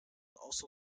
also